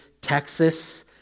Texas